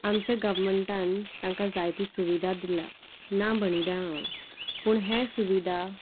आमच्या गव्हमेंटान तांकां जायती सुविधा दिलां ना म्हणिना हांव पूण हे सुविधा